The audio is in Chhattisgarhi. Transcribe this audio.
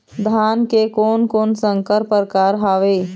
धान के कोन कोन संकर परकार हावे?